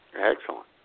Excellent